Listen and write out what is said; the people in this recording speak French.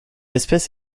espèce